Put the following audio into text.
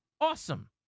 awesome